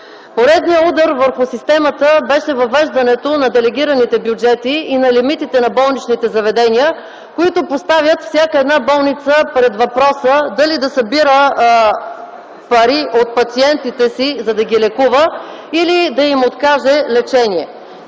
Поредният удар върху системата беше въвеждането на делегираните бюджети и на лимитите на болничните заведения, които поставят всяка една болница пред въпроса дали да събира пари от пациентите си, за да ги лекува или да им откаже лечение.